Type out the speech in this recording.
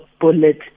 bullet